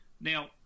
Now